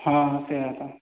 ହଁ ସେୟା ଏକା